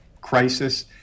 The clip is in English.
crisis